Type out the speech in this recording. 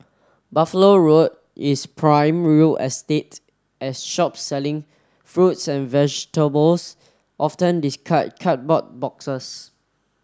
Buffalo Road is prime real estate as shops selling fruits and vegetables often discard cardboard boxes